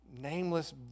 nameless